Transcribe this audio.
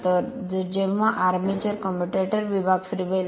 तर जेव्हा armature commutator विभाग फिरवेल